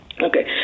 Okay